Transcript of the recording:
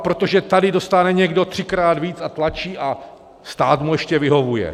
Protože tady dostane někdo třikrát víc a tlačí a stát mu ještě vyhovuje.